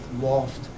loft